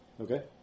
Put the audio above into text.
Okay